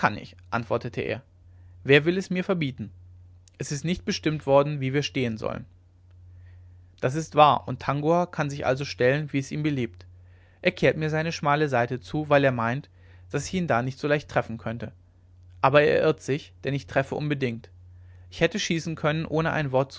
antwortete er wer will es mir verbieten es ist nicht bestimmt worden wie wir stehen sollen das ist wahr und tangua kann sich also stellen wie es ihm beliebt er kehrt mir seine schmale seite zu weil er meint daß ich ihn da nicht so leicht treffen könnte aber er irrt sich denn ich treffe unbedingt ich hätte schießen können ohne ein wort